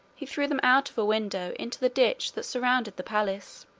he threw them out of a window into the ditch that surrounded the palace.